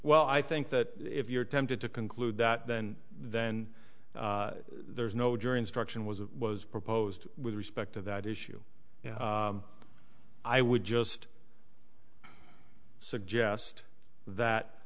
well i think that if you're tempted to conclude that then then there's no jury instruction was was proposed with respect to that issue i would just suggest that